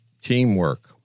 teamwork